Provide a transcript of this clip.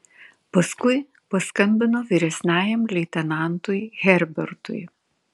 paskui paskambino vyresniajam leitenantui herbertui